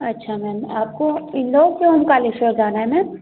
अच्छा मैम आपको इंदौर से ओमकारेश्वर जाना है मैम